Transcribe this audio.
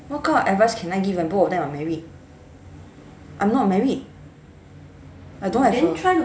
what kind of advice can I give like both of them are married I'm not married I don't have the